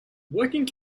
working